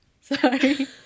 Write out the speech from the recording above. Sorry